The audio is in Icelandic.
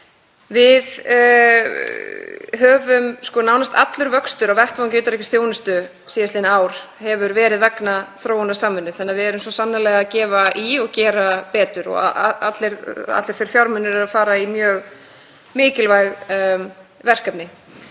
samfélag. Nánast allur vöxtur á vettvangi utanríkisþjónustu síðastliðin ár hefur verið vegna þróunarsamvinnu þannig að við erum svo sannarlega að gefa í og gera betur og allir þeir fjármunir fara í mjög mikilvæg verkefni.